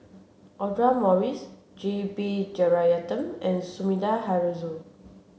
Audra Morrice G B Jeyaretnam and Sumida Haruzo